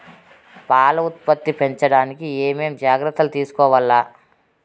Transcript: పాల ఉత్పత్తి పెంచడానికి ఏమేం జాగ్రత్తలు తీసుకోవల్ల?